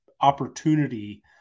opportunity